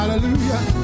Hallelujah